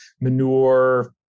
manure